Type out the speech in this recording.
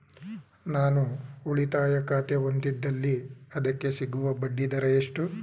ನಾನು ಉಳಿತಾಯ ಖಾತೆ ಹೊಂದಿದ್ದಲ್ಲಿ ಅದಕ್ಕೆ ಸಿಗುವ ಬಡ್ಡಿ ದರ ಎಷ್ಟು?